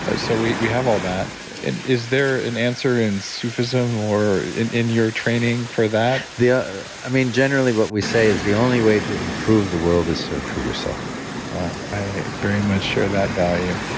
ah so we we have all that and is there an answer in sufism or in in your training for that? ah i mean, generally what we say is the only way to improve the world is to improve yourself i very much share that value.